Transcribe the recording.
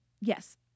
yes